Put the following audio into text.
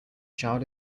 child